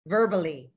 Verbally